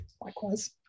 Likewise